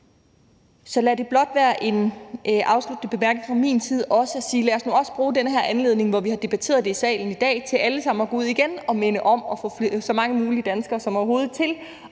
Så lad dette blot være en afsluttende bemærkning fra min side: Lad os nu bruge den her anledning, hvor vi har debatteret det i salen i dag, til alle sammen at gå ud igen og minde om det og få så mange danskere som overhovedet